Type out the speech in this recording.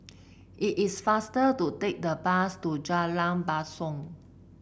it is faster to take the bus to Jalan Basong